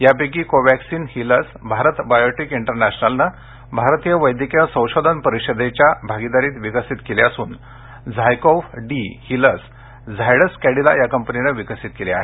यापैकी कोव्हॅक्सीन ही लस भारत बायोटेक इंटरनॅशनलनं भारतीय वैदयकीय संशोधन परिषदेच्या भागिदारीत विकसित केली असून झायकोव्ह डी ही लस झायडस कॅडिला या कंपनीनं विकसित केली आहे